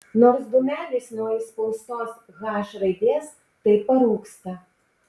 nors dūmelis nuo įspaustos h raidės tai parūksta